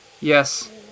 Yes